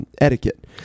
etiquette